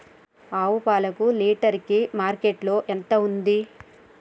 ఆవు పాలకు లీటర్ కి మార్కెట్ లో ఎంత ఉంది?